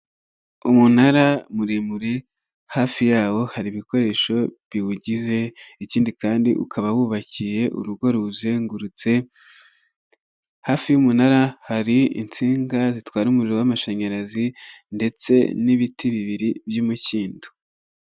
Umunara muremure hafi yawo hari ibikoresho biwugize ikindi kandi ukaba wubakiye urugo ruwuzengurutse, hafi y'umunara hari insinga zitwara umuriro w'amashanyarazi ndetse n'ibiti bibiri by'imikindo.